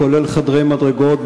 כולל חדרי מדרגות,